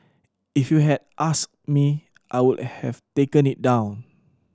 if you had asked me I would have taken it down